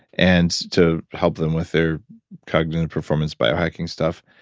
and to help them with their cognitive performance by hiking stuff,